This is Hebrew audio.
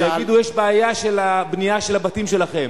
ויגידו, יש בעיה בבנייה של הבתים שלכם.